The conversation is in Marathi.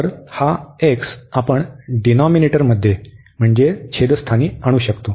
तर हा x आपण डिनॉमिनेटरमध्ये म्हणजे छेद स्थानी आणू शकतो